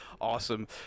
Awesome